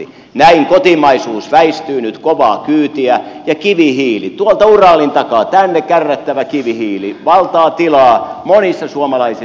näin kotimaisuus väistyy nyt kovaa kyytiä ja kivihiili tuolta uralin takaa tänne kärrättävä kivihiili valtaa tilaa monissa suomalaisissa energialaitoksissa